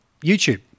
YouTube